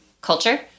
culture